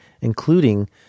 including